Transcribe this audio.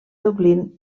dublín